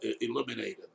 eliminated